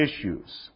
Issues